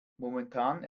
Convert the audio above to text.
momentan